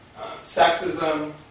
sexism